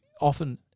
often